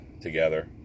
together